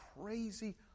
crazy